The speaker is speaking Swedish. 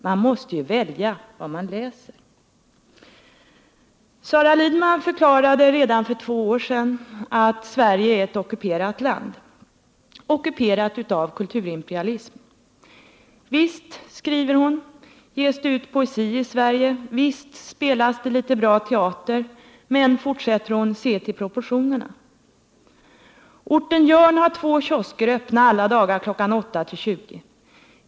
Man måste ju välja vad man läser.” Sara Lidman förklarade redan för två år sedan att Sverige är ett ockuperat land — ockuperat av kulturimperialismen. Visst, skriver hon, ges det ut poesi i Sverige, visst spelas det litet bra teater. Men, fortsätter hon, se till proportionerna. Sara Lidman skriver vidare: ”Orten Jörn har två kiosker öppna alla dagar kl 8-20.